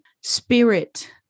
spirit